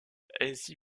ainsi